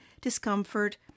discomfort